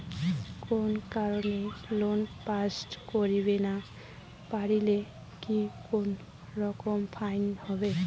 কোনো কারণে লোন পরিশোধ করিবার না পারিলে কি রকম ফাইন হবে?